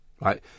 Right